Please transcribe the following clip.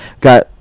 Got